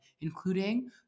including